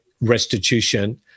restitution